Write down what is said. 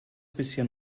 bisschen